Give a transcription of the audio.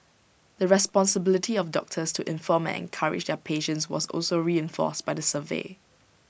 the responsibility of doctors to inform and encourage their patients was also reinforced by the survey